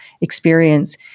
experience